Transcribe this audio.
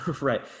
right